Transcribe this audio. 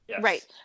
Right